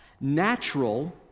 natural